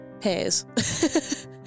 pairs